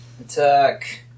Attack